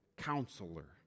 counselor